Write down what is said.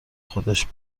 خودش